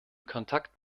kontakt